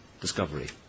discovery